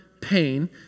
pain